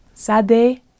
Sade